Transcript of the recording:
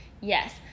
Yes